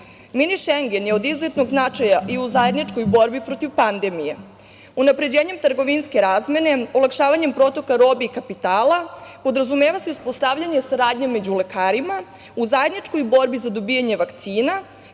Mini Šengen je od izuzetnog značaja i u zajedničkoj borbi protiv pandemije. Unapređenjem trgovinske razmene, olakšavanjem protoka robe i kapitala, podrazumeva se i uspostavljanje saradnje među lekarima u zajedničkoj borbi za dobijanje vakcina,